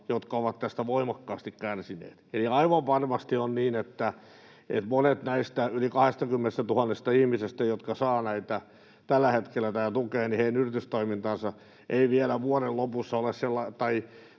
jotka ovat tästä voimakkaasti kärsineet. Aivan varmasti on niin, että monien näistä yli 20 000 ihmisestä, jotka saavat tätä tukea tällä hetkellä, yritystoiminta ei vielä marraskuun lopussa ole sellaisessa